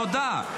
תודה.